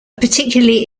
particularly